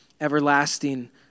everlasting